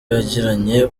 yagiranye